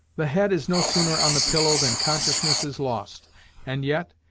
the head is no sooner on the pillow than consciousness is lost and yet,